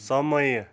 समय